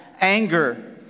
anger